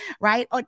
right